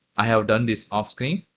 i have done this off screen.